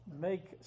make